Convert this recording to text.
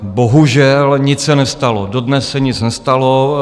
Bohužel, nic se nestalo, dodnes se nic nestalo.